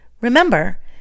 Remember